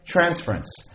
transference